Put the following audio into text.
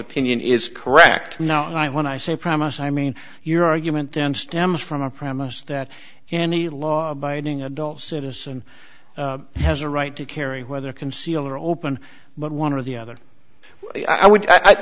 opinion is correct no i when i say promise i mean your argument then stems from a premise that any law abiding adult citizen has a right to carry whether conceal or open but one of the other i would